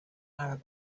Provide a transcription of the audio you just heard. arab